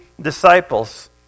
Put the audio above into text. disciples